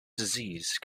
disease